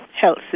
health